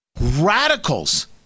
Radicals